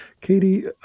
Katie